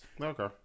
Okay